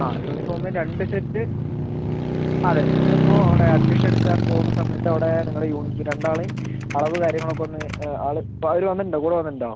ആ യൂണിഫോം രണ്ട് സെറ്റ് അതെ നിങ്ങളിപ്പോൾ അവിടെ അഡ്മിഷൻ എടുക്കാൻ പോകുന്ന സമയത്ത് അവിടെ നിങ്ങളുടെ യൂണി രണ്ട് ആളുടെയും അളവ് കാര്യങ്ങൾ ഒക്കെ ഒന്ന് ആൾ അവർ വന്നിട്ടുണ്ടോ കൂടെ വന്നിട്ടുണ്ടോ